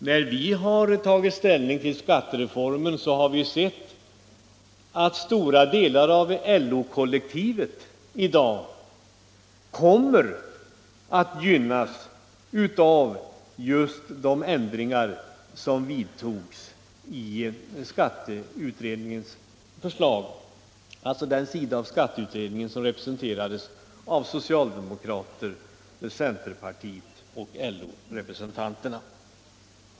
När vi har tagit ställning till skattereformen har vi konstaterat att stora delar av LO-kollektivet 1976 kommer att gynnas av de ändringar som vidtas i skatteutredningens förslag. Jag avser alltså den del av skatteutredningen som presenterades av socialdemokrater, centerpartister och LO-företrädare.